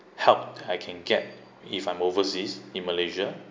help I can get if I'm overseas in malaysia